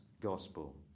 gospel